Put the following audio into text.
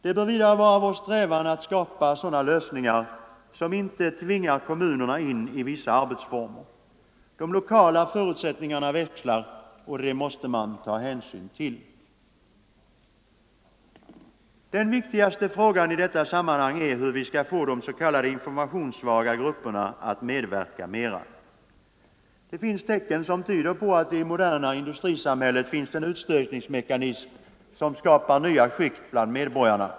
Det bör vidare vara vår strävan att skapa sådana lösningar som inte tvingar kommunerna in i vissa arbetsformer. De lokala förutsättningarna växlar, och det måste man ta hänsyn till. Den viktigaste frågan i detta sammanhang är hur vi skall få de s.k. informationssvaga grupperna att medverka mera. Det finns tecken som tyder på att det i det moderna industrisamhället finns en utstötningsmekanism, som skapar nya skikt bland medborgarna.